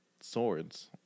swords